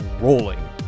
rolling